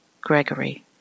Gregory